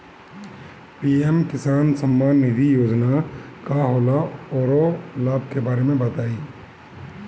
PM किसान सम्मान निधि योजना का होला औरो लाभ के बारे में बताई?